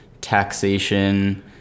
taxation